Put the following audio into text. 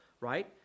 right